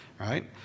right